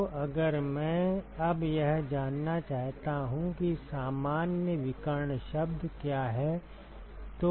तो अगर मैं अब यह जानना चाहता हूं कि सामान्य विकर्ण शब्द क्या है